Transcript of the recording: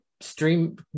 stream